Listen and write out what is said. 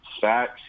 facts